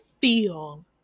feel